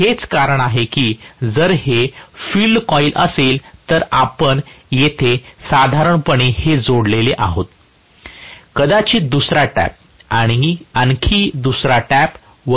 हेच कारण आहे की जर हे फील्ड कॉइल असेल तर आपण येथे साधारणपणे हे जोडलेले आहोत कदाचित दुसरा टॅप आणखी दुसरा टॅप वगैरे असू शकेल